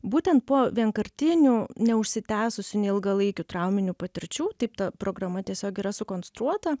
būtent po vienkartinių neužsitęsusių neilgalaikių trauminių patirčių taip ta programa tiesiog yra sukonstruota